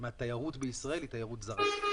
מהתיירות בישראל היא תיירות זרה.